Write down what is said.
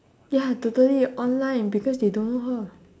ya totally online because they don't know her